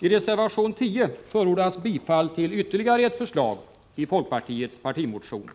I reservation 10 förordas bifall till ytterligare ett förslag i folkpartiets partimotion.